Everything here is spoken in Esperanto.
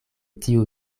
tiu